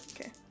Okay